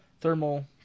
thermal